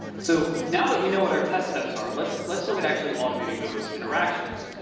so, now that we know what our test steps are, let's let's look at actually automating those interactions.